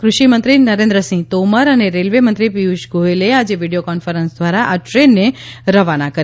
કૃષિ મંત્રી નરેન્દ્રસિંહ તોમર અને રેલવે મંત્રી પીયુષ ગોયલે આજે વીડિયો કોન્ફરન્સ દ્વારા આ ટ્રેનને રવાના કરી